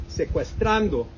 secuestrando